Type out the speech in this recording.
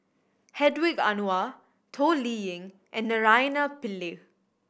Hedwig Anuar Toh Liying and Naraina Pillai